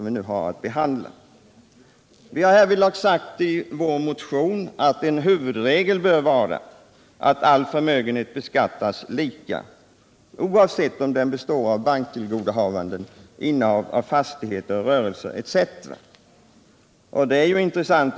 Vi har i vår motion sagt att huvudregeln bör vara att all förmögenhet beskattas lika, oavsett om den består av banktillgodohavande, fastighet, rörelse eller någonting annat.